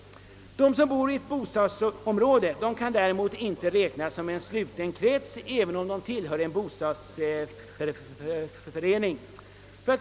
De som bor i ett bostadsområde kan däremot inte räknas som en sluten krets, även om de tillhör en bostadsförening.